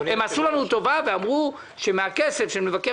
הם עשו לנו טובה ואמרו שמהכסף של משרד מבקר